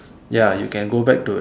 ya you can go back to any